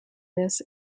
this